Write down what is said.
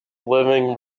living